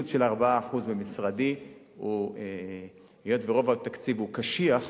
קיצוץ של 4% ממשרדי, היות שרוב התקציב הוא קשיח,